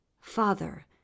Father